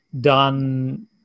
done